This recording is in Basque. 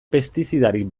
pestizidarik